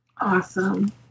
Awesome